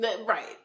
right